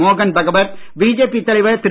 மோகன் பகவத் பிஜேபி தலைவர் திரு